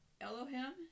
Elohim